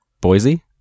Boise